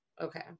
okay